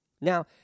Now